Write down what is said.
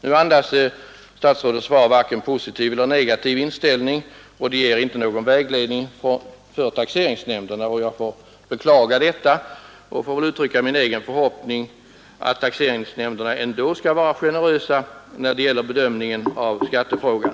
Nu andas statsrådets svar varken en positiv eller en negativ inställning, och det ger inte någon vägledning för taxeringsnämnderna. Jag beklagar detta och vill uttrycka min egen förhoppning att taxeringsnämnderna ändå skall vara generösa när det gäller bedömningen av skattefrågan.